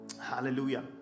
hallelujah